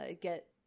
get